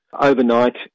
overnight